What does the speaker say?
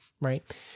right